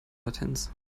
latenz